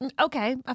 Okay